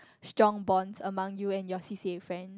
strong bond among you and your C_C_A friend